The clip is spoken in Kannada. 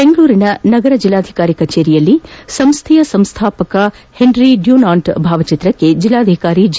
ಬೆಂಗಳೂರಿನ ನಗರ ಜೆಲ್ಲಾಧಿಕಾರಿ ಕಚೇರಿಯಲ್ಲಿ ಸಂಸ್ಥೆಯ ಸಂಸ್ಥಾಪಕರಾದ ಪೆನ್ರಿ ಡ್ಲೊನಾಂಟ್ ಭಾವಚಿತ್ರಕ್ಷಿ ಜಿಲ್ಲಾಧಿಕಾರಿ ಜಿ